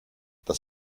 das